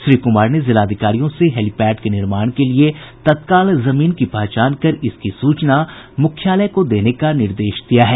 श्री कुमार ने जिलाधिकारियों से हेलीपैड के निर्माण के लिए तत्काल जमीन की पहचान कर इसकी सूचना मुख्यालय को देने का निर्देश दिया है